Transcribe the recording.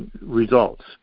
results